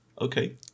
okay